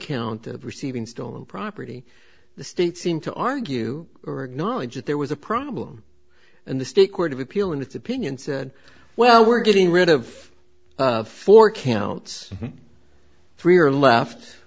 count of receiving stolen property the state seemed to argue or acknowledge that there was a problem and the state court of appeal in its opinion said well we're getting rid of four can outs three are left